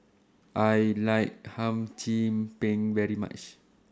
I like Hum Chim Peng very much